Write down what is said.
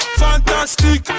fantastic